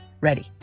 ready